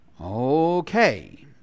Okay